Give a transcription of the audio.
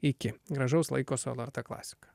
iki gražaus laiko su lrt klasika